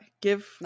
give